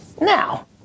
Now